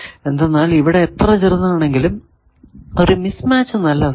എന്തെന്നാൽ ഇവിടെ എത്ര ചെറുതാണെങ്കിലും ഒരു മിസ് മാച്ച് നല്ലതല്ല